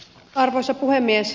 arvoisa puhemies